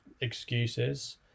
excuses